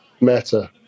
Meta